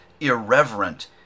irreverent